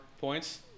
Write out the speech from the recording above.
points